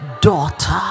daughter